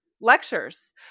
lectures